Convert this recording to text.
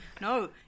No